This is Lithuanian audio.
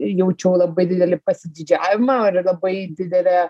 jaučiau labai didelį pasididžiavimą ir labai didelę